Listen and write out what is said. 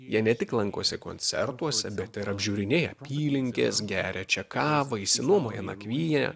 jie ne tik lankosi koncertuose bet ir apžiūrinėja apylinkes geria čia kavą išsinuomoja nakvynę